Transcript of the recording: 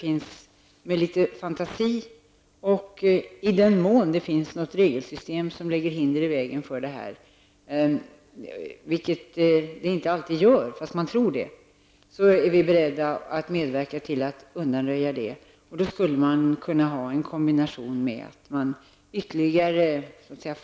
I den mån det finns ett regelsystem som lägger hinder i vägen, vilket det inte alltid gör, även om man tror det, är vi, med litet fantasi, beredda att medverka till att undanröja dessa.